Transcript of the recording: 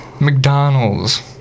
McDonald's